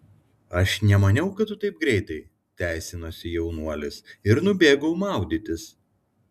aš nemaniau kad tu taip greitai teisinosi jaunuolis ir nubėgau maudytis